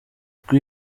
kuko